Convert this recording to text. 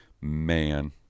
man